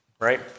right